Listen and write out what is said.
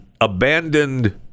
abandoned